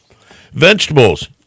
vegetables